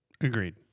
Agreed